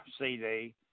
CD